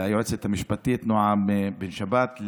ליועצת המשפטית נועה בן שבת,